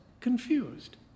confused